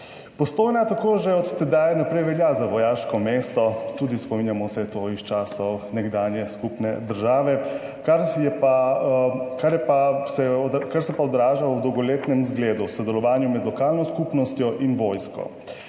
Postojna tako že od tedaj naprej velja za vojaško mesto, tega se spominjamo tudi iz časov nekdanje skupne države, kar se pa odraža v dolgoletnem zgledu, v sodelovanju med lokalno skupnostjo in vojsko.